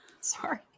Sorry